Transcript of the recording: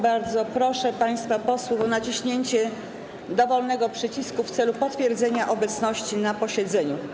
Bardzo proszę państwa posłów o naciśnięcie dowolnego przycisku w celu potwierdzenia obecności na posiedzeniu.